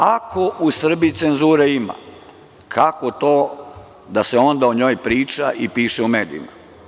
Ako u Srbiji cenzure ima, kako to da se onda o njoj priča i piše u medijima?